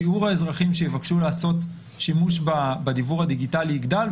שיעור האזרחים שיבקשו לעשות שימוש בדיוור הדיגיטלי יגדל,